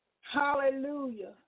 Hallelujah